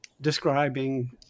describing